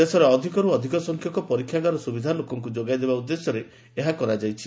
ଦେଶରେ ଅଧିକର୍ ଅଧିକ ସଂଖ୍ୟକ ପରୀକ୍ଷାଗାର ସୁବିଧା ଲୋକଙ୍କୁ ଯୋଗାଇ ଦେବା ଉଦ୍ଦେଶ୍ୟରେ ଏହା କରାଯାଇଛି